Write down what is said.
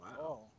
wow